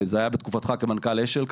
זה היה כמובן בתקופתך כמנכ״ל אש״ל.